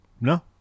No